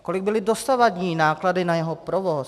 Kolik byly dosavadní náklady na jeho provoz.